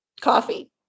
coffee